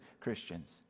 Christians